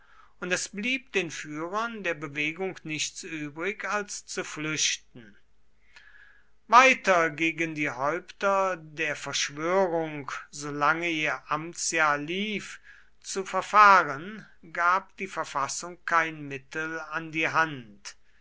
und es blieb den führern der bewegung nichts übrig als zu flüchten weiter gegen die häupter der verschwörung solange ihr amtsjahr lief zu verfahren gab die verfassung kein mittel an die hand